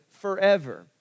forever